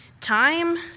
time